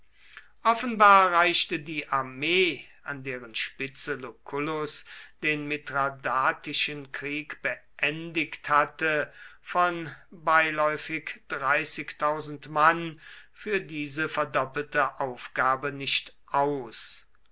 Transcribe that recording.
offenbar reichte die armee an deren spitze lucullus den mithradatischen krieg beendigt hatte von beiläufig mann für diese verdoppelte aufgabe nicht aus